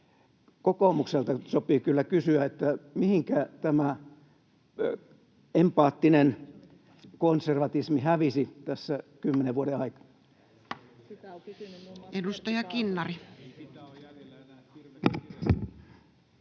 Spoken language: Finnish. Kokoomukselta sopii kyllä kysyä, mihinkä tämä empaattinen konservatismi hävisi tässä kymmenen vuoden aikana. [Speech 266]